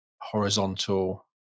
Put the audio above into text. horizontal